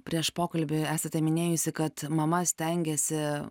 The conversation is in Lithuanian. prieš pokalbį esate minėjusi kad mama stengiasi